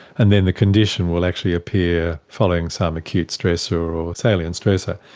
and then the condition will actually appear following some acute stressor or salient stressor.